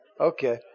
Okay